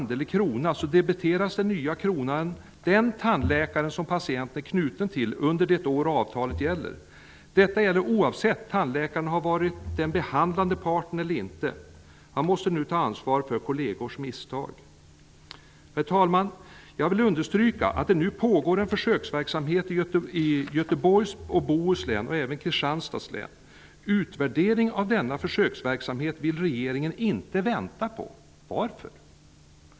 Detta gäller oavsett tandläkaren har varit den behandlande parten eller inte. Han måste nu ta ansvar för kollegers misstag. Herr talman! Jag vill understryka att det nu pågår en försöksverksamhet i Göteborgs och Bohus län och även Kristianstad län. Utvärderingen av denna försöksverksamhet vill regeringen inte vänta på. Varför?